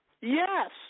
Yes